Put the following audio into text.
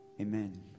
Amen